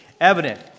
evident